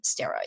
steroids